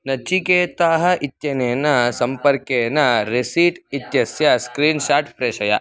नचिकेताः इत्यनेन सम्पर्केण रेसीट् इत्यस्य स्क्रीन्शाट् प्रेषय